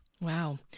Wow